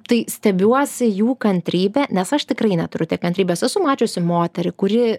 tai stebiuosi jų kantrybe nes aš tikrai neturiu tiek kantrybės esu mačiusi moterį kuri